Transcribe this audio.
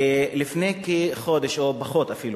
לפני כחודש, או אפילו